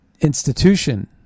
institution